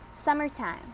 summertime